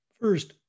First